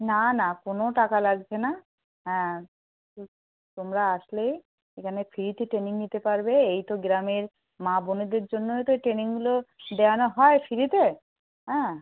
না না কোনো টাকা লাগছে না হ্যাঁ তোমরা আসলে এখানে ফ্রিতে ট্রেনিং নিতে পারবে এই তো গ্রামের মা বোনেদের জন্যই তো এই ট্রেনিংগুলো দেওয়ানো হয় ফ্রিতে হ্যাঁ